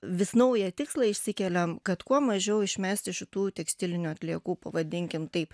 vis naują tikslą išsikeliam kad kuo mažiau išmesti šitų tekstilinių atliekų pavadinkim taip